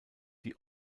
die